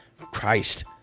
Christ